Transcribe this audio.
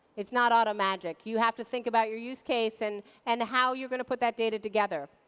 it's not auto magic. you have to think about your use case and and how you're going to put that data together.